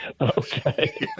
Okay